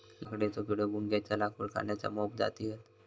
लाकडेचो किडो, भुंग्याच्या लाकूड खाण्याच्या मोप जाती हत